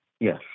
Yes